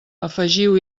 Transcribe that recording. afegiu